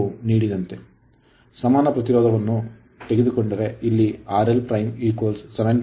5 Ω ನೀಡಿದಂತೆ ಸಮಾನ ಪ್ರತಿರೋಧವನ್ನು ತೆಗೆದುಕೊಂಡರೆ ಇಲ್ಲಿ RL7